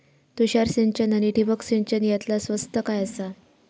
तुषार सिंचन आनी ठिबक सिंचन यातला स्वस्त काय आसा?